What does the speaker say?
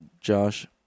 Josh